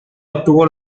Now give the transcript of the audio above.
obtuvo